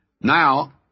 Now